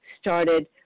started